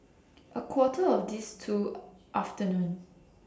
A Quarter of This two afternoon